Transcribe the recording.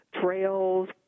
trails